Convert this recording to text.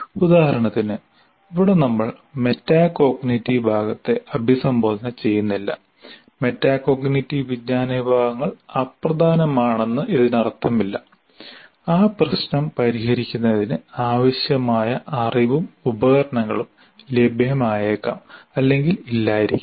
ഉദാഹരണത്തിന് ഇവിടെ നമ്മൾ മെറ്റാകോഗ്നിറ്റീവ് ഭാഗത്തെ അഭിസംബോധന ചെയ്യുന്നില്ല മെറ്റാകോഗ്നിറ്റീവ് വിജ്ഞാന വിഭാഗങ്ങൾ അപ്രധാനമാണെന്ന് ഇതിനർത്ഥമില്ല ആ പ്രശ്നം പരിഹരിക്കുന്നതിന് ആവശ്യമായ അറിവും ഉപകരണങ്ങളും ലഭ്യമായേക്കാം അല്ലെങ്കിൽ ഇല്ലായിരിക്കാം